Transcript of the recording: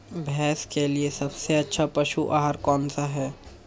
भैंस के लिए सबसे अच्छा पशु आहार कौनसा है?